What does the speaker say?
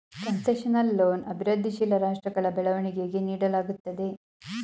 concessional loan ಅಭಿವೃದ್ಧಿಶೀಲ ರಾಷ್ಟ್ರಗಳ ಬೆಳವಣಿಗೆಗೆ ನೀಡಲಾಗುತ್ತದೆ